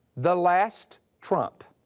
the last trump